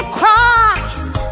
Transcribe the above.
Christ